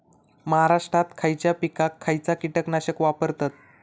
महाराष्ट्रात खयच्या पिकाक खयचा कीटकनाशक वापरतत?